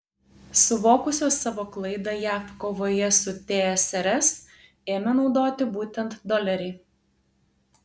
suvokusios savo klaidą jav kovoje su tsrs ėmė naudoti būtent dolerį